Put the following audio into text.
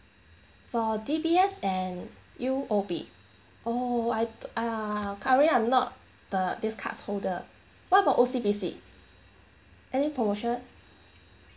for D_B_S and U_O_B oh I ah currently I'm not the these card holder what about O_C_B_C any promotion